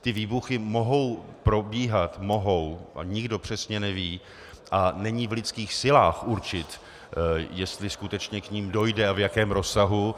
Ty výbuchy mohou probíhat, mohou a nikdo přesně neví a není v lidských silách určit, jestli skutečně k nim dojde a v jakém rozsahu.